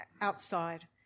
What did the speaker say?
outside